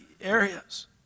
areas